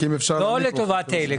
לא לטובת אלה.